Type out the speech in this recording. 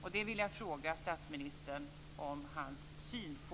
Jag vill fråga om statsministerns syn på detta.